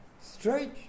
straight